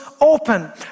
open